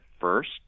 first